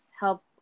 help